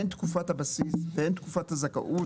הן תקופת הבסיס והן תקופת הזכאות